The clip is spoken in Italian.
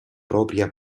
propria